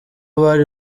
bari